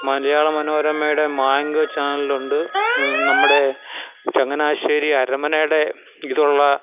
മലയാള മനോരമയുടെ മാങ്കോ ചാനലുണ്ട് നമ്മുടെ ചങ്ങനാശ്ശേരി അരമനയുടെ ഇതുള്ള